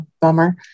Bummer